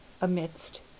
Amidst